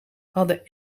hadden